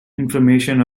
inflammation